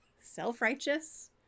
self-righteous